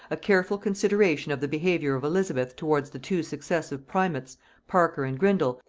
a careful consideration of the behaviour of elizabeth towards the two successive primates parker and grindal,